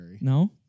No